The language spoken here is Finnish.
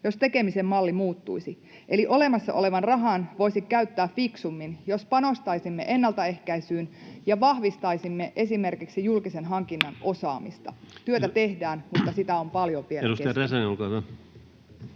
jos tekemisen malli muuttuisi. Eli olemassa olevan rahan voisi käyttää fiksummin, jos panostaisimme ennaltaehkäisyyn ja vahvistaisimme esimerkiksi julkisen hankinnan osaamista. Työtä tehdään, mutta sitä on paljon vielä kesken. [Speech